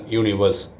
universe